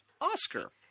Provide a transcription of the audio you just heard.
Oscar